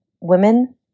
women